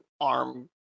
arm